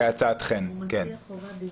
כהצעתכן, כן.